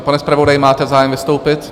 Pane zpravodaji, máte zájem vystoupit?